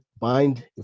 bind